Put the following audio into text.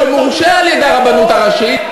שמורשה על-ידי הרבנות הראשית?